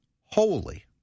holy